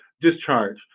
discharge